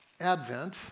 Advent